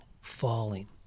falling